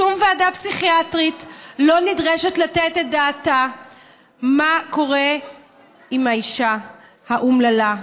שום ועדה פסיכיאטרית לא נדרשת לתת את דעתה מה קורה עם האישה האומללה.